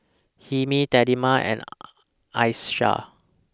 Hilmi Delima and Aisyah